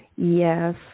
Yes